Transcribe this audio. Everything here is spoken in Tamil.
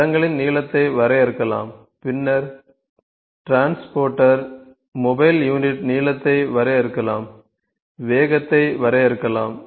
தடங்களின் நீளத்தை வரையறுக்கலாம் பின்னர் டிரான்ஸ்போர்ட்டர் மொபைல் யூனிட் நீளத்தை வரையறுக்கலாம் வேகத்தை வரையறுக்கலாம்